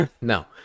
no